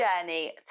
Journey